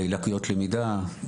לקויות למידה,